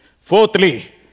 Fourthly